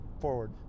forward